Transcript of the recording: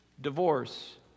divorce